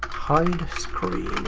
hide screen.